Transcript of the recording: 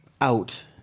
out